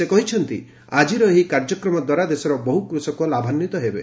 ସେ କହିଛନ୍ତି ଆଜିର ଏହି କାର୍ଯ୍ୟକ୍ରମଦ୍ୱାରା ଦେଶର ବହୁ କୃଷକ ଲାଭାନ୍ୱିତ ହେବେ